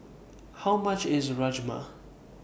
How much IS Rajma